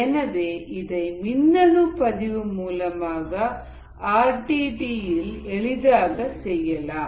எனவே இதை மின்னனு பதிவு மூலமாக ஆர் டி டி இல் எளிதில் செய்யலாம்